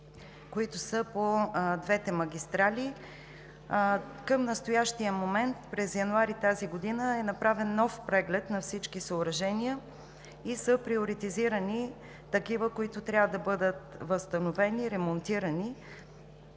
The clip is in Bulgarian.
които са по двете магистрали. Към настоящия момент – през януари тази година, е направен нов преглед на всички съоръжения и са приоритизирани такива, които трябва да бъдат възстановени и ремонтирани